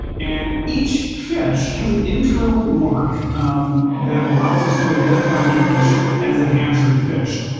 and each fish has an internal mark that allows us to identify that fish as a hatchery fish.